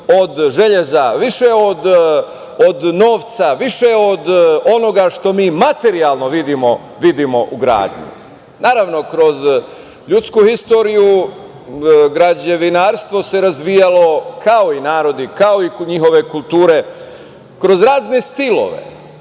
više od željeza, više od novca, više od onoga što mi materijalno vidimo u gradu. Naravno, kroz ljudsku istoriju građevinarstvo se razvijalo kao i narodi, kao i njihove kulture kroz razne stilove